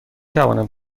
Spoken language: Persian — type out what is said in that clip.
توانم